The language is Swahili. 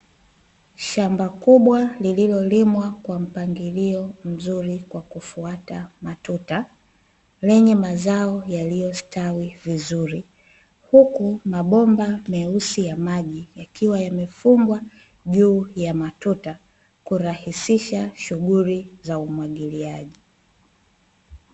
Shamba kubwa lililolimwa kwa mpangilio mzuri kwa kufuata matuta, lenye mazao yaliyostawi vizuri, huku mabomba meusi ya maji yakiwa yamefungwa juu ya matuta kurahisisha shughuli za umwagiliaji.